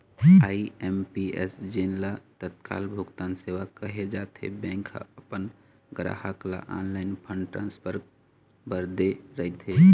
IMPS जेन ल तत्काल भुगतान सेवा कहे जाथे, बैंक ह अपन गराहक ल ऑनलाईन फंड ट्रांसफर बर दे रहिथे